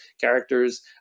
characters